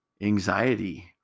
anxiety